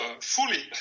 fully